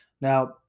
Now